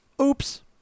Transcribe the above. oops